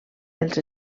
els